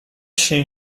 się